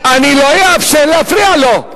רבותי, אני לא אאפשר להפריע לו.